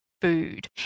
food